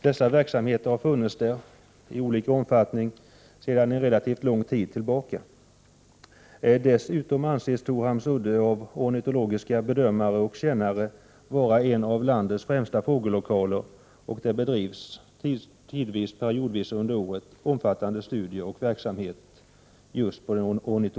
Dessa verksamheter har funnits där i olika omfattning i relativt lång tid. Prot. 1988/89:121 Dessutom anses Torhamns udde av ornitologiska kännare vara en av landets 25 maj 1989 främsta fågellokaler; där bedrivs periodvis under året omfattande ornitolo ; 5 Planeri giska studier och annan verksamhet.